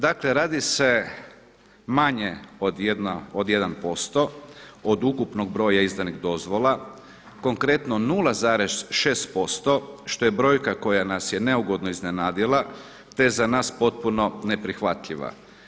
Dakle, radi se manje od 1% od ukupnog broja izdanih dozvola, konkretno 0,6% što je brojka koja nas je neugodno iznenadila te je za nas potpuno neprihvatljiva.